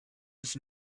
his